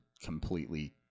completely